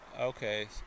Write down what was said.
Okay